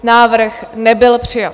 Návrh nebyl přijat.